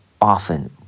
often